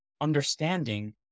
understanding